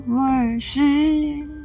worship